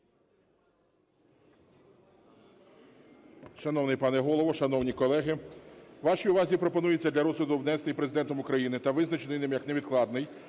Шановний пане Голово, шановні колеги, вашій увазі пропонується для розгляду внесений Президентом України та визначений ним як невідкладний,